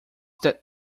that